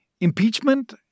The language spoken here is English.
Impeachment